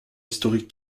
historique